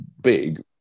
big